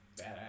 Badass